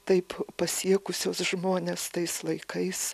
taip pasiekusios žmones tais laikais